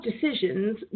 decisions